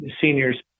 seniors